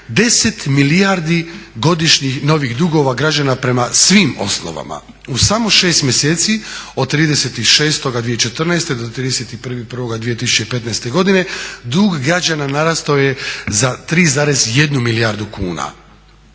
10 milijardi godišnjih novih dugova građana prema svim osnovama. U samo šest mjeseci od 30.6.2014. do 31.1.2015. godine dug građana narastao je za 3,1 milijardu kuna.